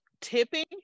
tipping